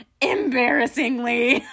embarrassingly